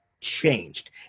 changed